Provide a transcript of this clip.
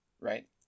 right